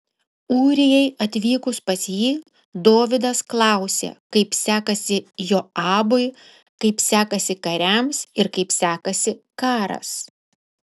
ūrijai atvykus pas jį dovydas klausė kaip sekasi joabui kaip sekasi kariams ir kaip sekasi karas